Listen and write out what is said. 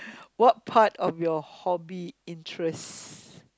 what part of your hobby interest